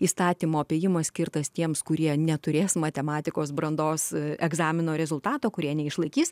įstatymo apėjimas skirtas tiems kurie neturės matematikos brandos egzamino rezultato kurie neišlaikys